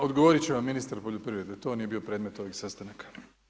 Odgovorit će vam ministar poljoprivrede, to nije bio predmet ovih sastanaka.